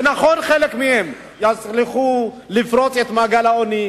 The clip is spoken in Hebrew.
זה נכון שחלק מהם יצליחו לפרוץ את מעגל העוני,